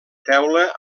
teula